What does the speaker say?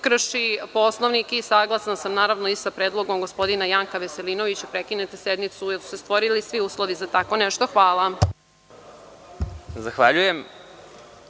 krši Poslovnik i saglasna sam sa predlogom gospodina Janka Veselinovića da prekinete sednicu, jer su se stvorili svi uslovi za tako nešto. Hvala. **Vladimir